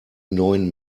neuen